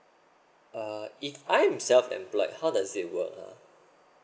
uh if I'm self employed how does it work ah